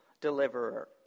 deliverer